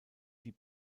die